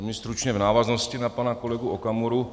Velmi stručně v návaznosti na pana kolegu Okamuru.